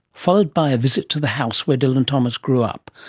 followed by a visit to the house where dylan thomas grew up,